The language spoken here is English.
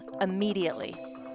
immediately